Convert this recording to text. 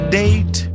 date